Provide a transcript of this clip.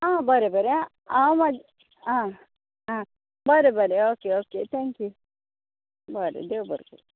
आं बरें बरें आं हांव म्हजी आं आं बरें बरें ओके ओके थँक्यू बरें देव बरें करूं